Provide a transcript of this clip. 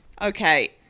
Okay